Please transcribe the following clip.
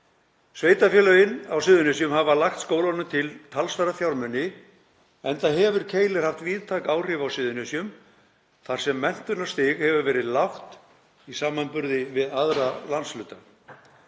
Sveitarfélögin á Suðurnesjum hafa lagt skólunum til talsverða fjármuni enda hefur Keilir haft víðtæk áhrif á Suðurnesjum þar sem menntunarstig hefur verið lágt í samanburði við aðra landshluta.